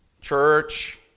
Church